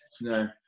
no